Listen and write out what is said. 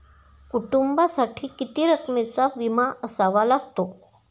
कुटुंबासाठी किती रकमेचा विमा असावा लागतो?